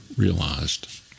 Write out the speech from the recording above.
Realized